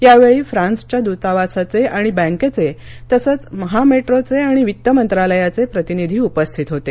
यावेळी फ्रान्सच्या दुतावासाचे आणि बँकेचे तसंच महामेट्रोचे आणि वित्तमंत्रालयाचे प्रतिनिधी उपस्थित होते